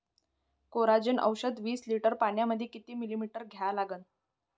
Coragen औषध विस litre पंपामंदी किती मिलीमिटर घ्या लागन?